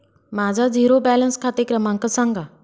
माझा zero balance खाते क्रमांक सांगा